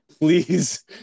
Please